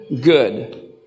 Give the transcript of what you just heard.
good